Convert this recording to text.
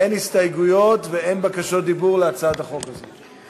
אין הסתייגויות ואין בקשות דיבור להצעת החוק הזו.